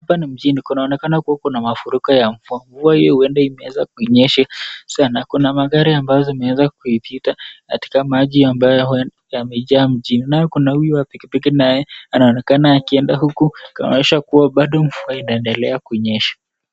Hapa ni mjini, kunaonekana kuwa kuna mafuriko ya mvua. Mvua hii huenda imeweza kunyesha sana, kuna magari ambazo zimeweza kuipita katika maji ambayo yamejaa mjini. Naye kuna huyu wa pikipiki naye ,anaonekana akienda huku akionyesha bado mvua inaendelea kunyesha.